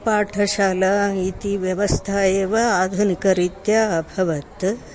पाठशाला इति व्यवस्था एव आधुनिकरीत्या अभवत्